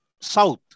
south